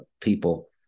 people